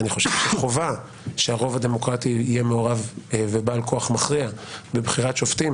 חובה שהרוב הדמוקרטי יהיה מעורב ובעל כוח מכריע בבחירת שופטים